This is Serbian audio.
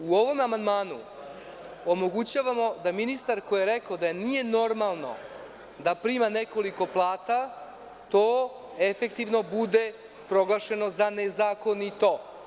U ovom amandmanu omogućavamo da ministar koji je rekao da nije normalno da prima nekoliko plata, to efektivno bude proglašeno za nezakonito.